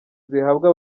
zihabwa